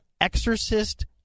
exorcist